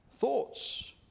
Thoughts